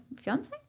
fiance